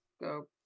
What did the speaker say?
go